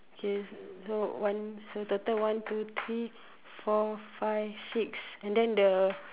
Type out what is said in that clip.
K so one so total one two three four five six and then the